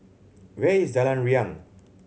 where is Jalan Riang